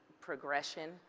progression